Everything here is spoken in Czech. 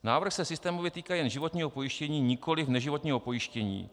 Návrh se systémově týká jen životního pojištění, nikoli neživotního pojištění.